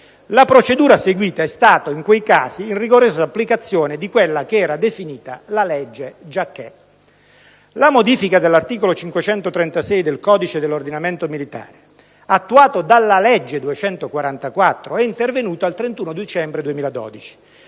La procedura seguita è stata in quei casi la rigorosa applicazione della cosiddetta legge Giacché. La modifica dell'articolo 536 del codice dell'ordinamento militare, attuato dalla legge n. 244 del 2012, è intervenuta al 31 dicembre dello